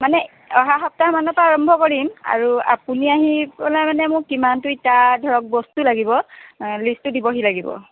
মানে অহা সপ্তাহমানৰপৰা আৰম্ভ কৰিম আৰু আপুনি আহি পেলাই মানে মোক কিমানটো ইটা ধৰক বস্তু লাগিব লিষ্টটো দিবহি লাগিব